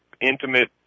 intimate